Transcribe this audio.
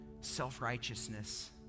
self-righteousness